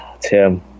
Tim